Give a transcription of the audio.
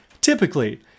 Typically